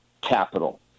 capital